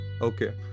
Okay